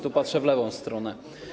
Tu patrzę w lewą stronę.